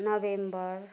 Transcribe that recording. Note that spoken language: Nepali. नोभेम्बर